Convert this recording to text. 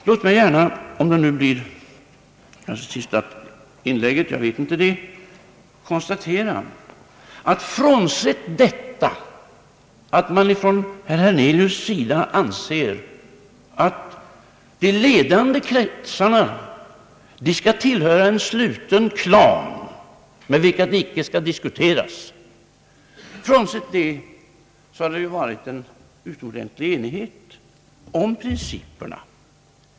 Låt mig gärna — fast jag vet inte om detta blir det sista inlägget i debatten — konstatera att, frånsett att man från den sida herr Hernelius representerar anser att de ledande kretsarna skall tillhöra en sluten klan, med vilken ingen diskussion skall föras, det har rått en utomordentlig enighet om principerna.